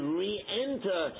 re-enter